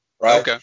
right